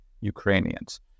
Ukrainians